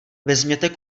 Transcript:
vezměte